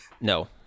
No